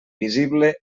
visible